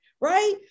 right